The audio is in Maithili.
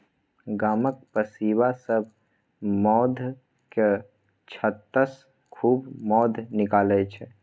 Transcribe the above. गामक पसीबा सब मौधक छत्तासँ खूब मौध निकालै छै